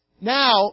now